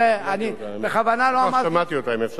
אולי עוד פעם תאמר לו בדיוק מה השאלה,